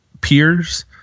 peers